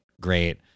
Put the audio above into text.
great